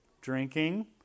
drinking